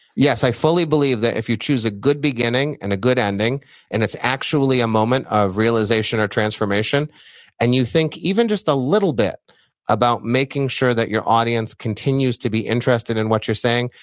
yes. i fully believe that if you choose a good beginning and a good ending and it's actually a moment of realization or transformation and you think even just a little bit about making sure that your audience continues to be interested in what you're saying,